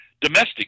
domestic